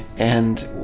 and,